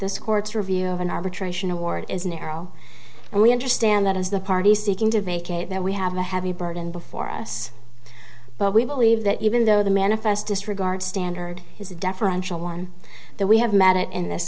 this court's review of an arbitration award is narrow and we understand that as the parties seeking to vacate that we have a heavy burden before us but we believe that even though the manifest disregard standard is deferential one that we have met in this